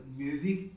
music